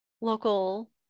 local